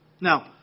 Now